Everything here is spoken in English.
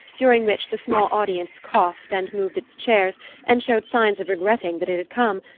during which the small audience coughed and moved its chairs and showed signs of regretting that it had come,